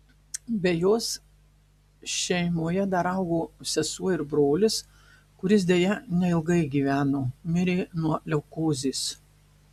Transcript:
be jos šeimoje dar augo sesuo ir brolis kuris deja neilgai gyveno mirė nuo leukozės